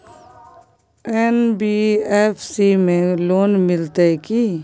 NBFC में loan मिलते की?